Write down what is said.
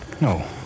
No